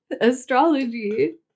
astrology